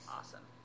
Awesome